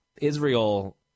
Israel